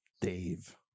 dave